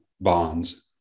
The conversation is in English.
Bonds